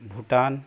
Bhutan